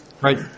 Right